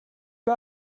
pas